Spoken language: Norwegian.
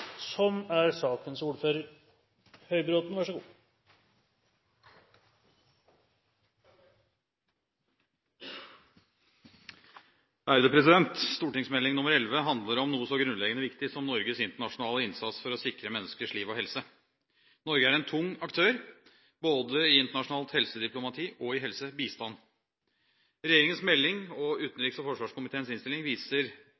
Stortingsmelding nr. 11 handler om noe så grunnleggende viktig som Norges internasjonale innsats for å sikre menneskers liv og helse. Norge er en tung aktør både i internasjonalt helsediplomati og i helsebistand. Regjeringens melding og utenriks- og forsvarskomiteens innstilling viser